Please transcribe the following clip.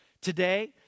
today